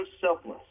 selfless